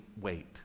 wait